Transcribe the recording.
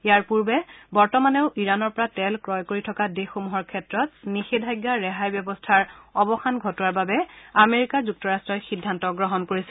ইয়াৰ পূৰ্বে বৰ্তমানেও ইৰাণৰ পৰা তেল ক্ৰয় কৰি থকা দেশসমূহৰ ক্ষেত্ৰত নিষেধাজ্ঞা ৰেহাইৰ ব্যৱস্থাৰ অৱসান ঘটোৱাৰ বাবে আমেৰিকা যুক্তৰাট্টই সিদ্ধান্ত গ্ৰহণ কৰিছিল